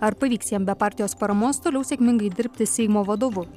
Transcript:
ar pavyks jam be partijos paramos toliau sėkmingai dirbti seimo vadovu